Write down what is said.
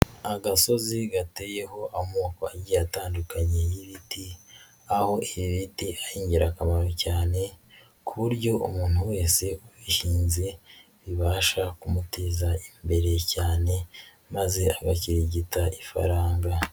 Agasozi gateyeho amoko agiye atandukanye y'ibiti aho ibib iti ari ingirakamaro cyane ku buryo umuntu wese ubihinze bibasha kumuteza imbere cyane maze agakirigita ifaranga.